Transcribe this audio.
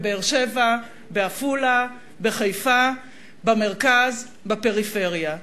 בבאר-שבע, בעפולה, בחיפה, במרכז, בפריפריה.